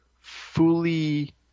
fully